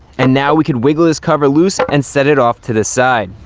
and now we can wiggle this cover loose and set it off to the side.